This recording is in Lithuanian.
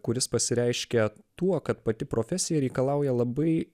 kuris pasireiškia tuo kad pati profesija reikalauja labai